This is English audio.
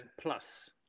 plus